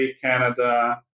Canada